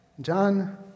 John